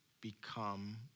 become